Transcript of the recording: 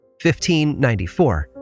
1594